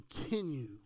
Continue